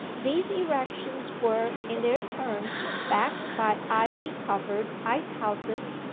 these erections were in their turn backed by ivy-covered ice-houses,